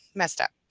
messed up.